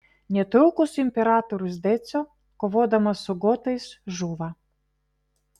netrukus imperatorius decio kovodamas su gotais žūva